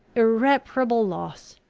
irreparable loss!